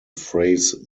phrase